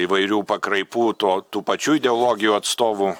įvairių pakraipų to tų pačių ideologijų atstovų